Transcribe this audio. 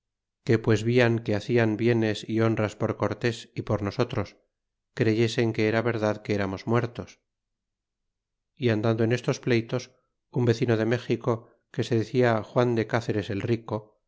que pues vian que hacian bienes y honras por cortés y por nosotros creyesen que era verdad que eramos muertos y andando en estos pleytos un vecino de méxico que se decia juan de caceres el rico